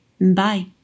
Bye